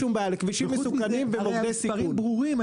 וחוץ מזה, הרי המספרים ברורים.